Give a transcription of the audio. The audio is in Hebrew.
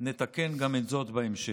נתקן גם את זה בהמשך.